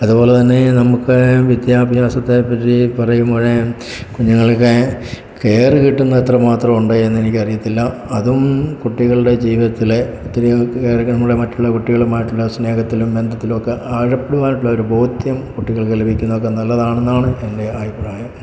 അതുപോലെതന്നെ നമുക്ക് വിദ്യാഭ്യാസത്തെ പറ്റി പറയുമ്പോഴ് കുഞ്ഞുങ്ങൾക്ക് കെയർ കിട്ടുന്ന എത്രമാത്രം ഉണ്ട് എന്ന് എനിക്കറിയത്തില്ല അതും കുട്ടികളുടെ ജീവിതത്തിലെ ഒത്തിരിയും മറ്റുള്ള കുട്ടികളുമായിട്ടുള്ള സ്നേഹത്തിലും ബന്ധത്തിലും ഒക്കെ ആഴപ്പെടുവാനായിട്ടുള്ള ബോധ്യം കുട്ടികൾക്ക് ലഭിക്കുന്നതൊക്കെ നല്ലതാണെന്നാണ് എൻ്റെ അഭിപ്രായം